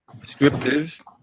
descriptive